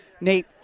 nate